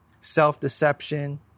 self-deception